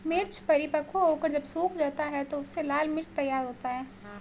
मिर्च परिपक्व होकर जब सूख जाता है तो उससे लाल मिर्च तैयार होता है